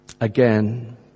Again